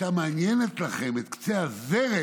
"הייתה מעניינת לכם את קצה הזרת,